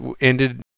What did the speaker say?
ended